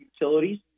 utilities